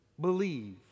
believe